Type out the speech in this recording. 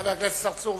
חבר הכנסת צרצור,